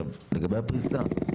לגבי הפריסה,